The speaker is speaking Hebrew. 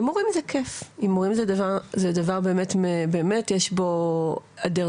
הימורים זה כיף, זה דבר שבאמת יש בו אדרנלין.